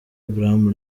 abraham